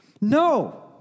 No